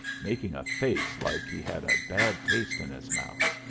making a face like he had a bad taste in his mouth.